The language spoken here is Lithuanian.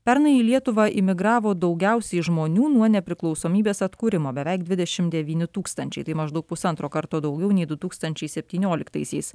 pernai į lietuvą imigravo daugiausiai žmonių nuo nepriklausomybės atkūrimo beveik dvidešim devyni tūkstančiai tai maždaug pusantro karto daugiau nei du tūkstančiai septynioliktaisiais